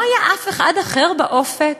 לא היה אף אחד אחר באופק?